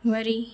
वरी